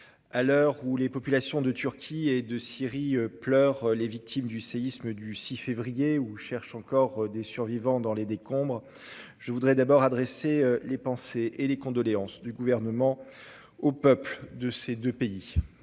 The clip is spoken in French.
à l'heure où les populations de Turquie et de Syrie pleurent les victimes du séisme du 6 février ou cherchent encore des survivants dans les décombres, je voudrais d'abord adresser les pensées et les condoléances du Gouvernement aux peuples de ces deux pays.